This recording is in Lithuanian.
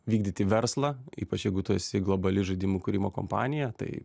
vykdyti verslą ypač jeigu tu esi globali žaidimų kūrimo kompanija tai